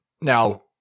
Now